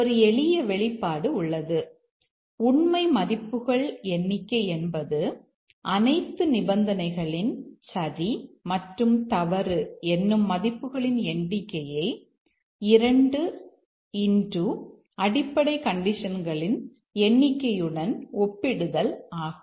ஒரு எளிய வெளிப்பாடு உள்ளது உண்மை மதிப்புகள் எண்ணிக்கை என்பது அனைத்து நிபந்தனைகளின் சரி மற்றும் தவறு என்னும் மதிப்புகளின் எண்ணிக்கையை 2 அடிப்படை கண்டிஷன்களின் எண்ணிக்கையுடன் ஒப்பிடுதல் ஆகும்